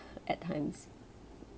at times